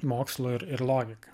mokslo ir ir logika